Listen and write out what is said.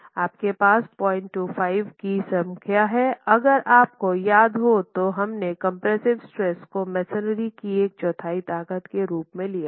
आपके पास 025 की संख्या है अगर आपको याद हो तो हमने कंप्रेसिव स्ट्रेस को मेसनरी की एक चौथाई ताकत के रूप में लिया था